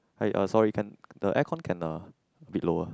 hi uh sorry can the aircon can uh a bit lower